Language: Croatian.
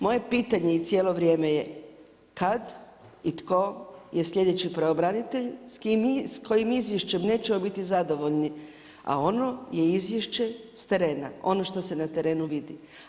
Moje pitanje cijelo vrijeme je kad i tko je sljedeći pravobranitelj, s kojim izvješćem nećemo biti zadovoljni, a ono je izvješće s terena, ono što se na trenu vidi.